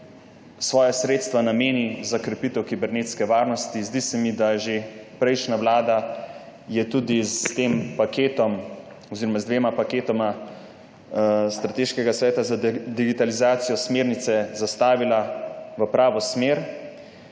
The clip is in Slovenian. svoja sredstva nameni za krepitev kibernetske varnosti. Zdi se mi, da je že prejšnja vlada tudi z dvema paketoma Strateškega sveta za digitalizacijo smernice zastavila v pravo smer.